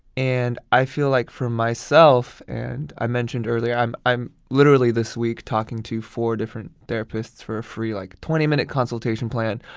and i feel like, for myself, and i mentioned earlier, i'm i'm literally this week talking to four different therapists for a free like twenty minute consultation plan,